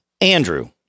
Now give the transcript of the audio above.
Andrew